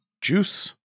Juice